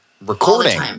Recording